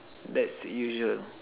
that's usual